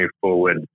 forward